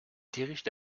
dirige